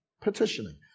Petitioning